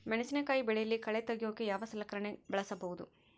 ಮೆಣಸಿನಕಾಯಿ ಬೆಳೆಯಲ್ಲಿ ಕಳೆ ತೆಗಿಯೋಕೆ ಯಾವ ಸಲಕರಣೆ ಬಳಸಬಹುದು?